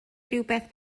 rywbeth